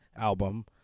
album